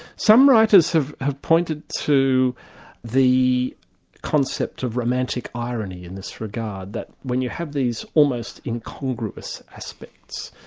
some writers have have pointed to the concept of romantic irony in this regard, that when you have these almost incongruous aspects,